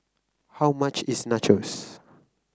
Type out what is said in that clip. how much is Nachos